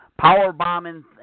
powerbombing